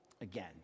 again